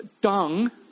dung